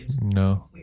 No